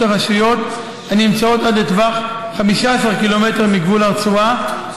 הרשויות הנמצאות עד לטווח 15 ק"מ מגבול הרצועה,